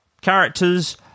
characters